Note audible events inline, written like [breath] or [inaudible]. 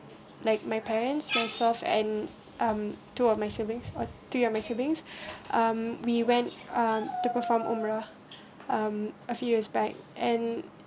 like my parents myself and um two of my siblings or three of my siblings [breath] um we went um to perform umrah um a few years back and